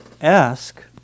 ask